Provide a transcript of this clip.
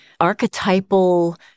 archetypal